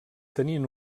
tenien